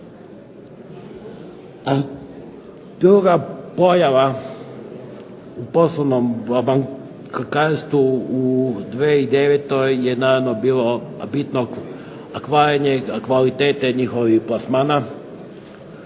Druga pojava u poslovnom bankarstvu u 2009. je naravno bilo bitno …/Ne razumije se./… kvalitete njihovih plasmana,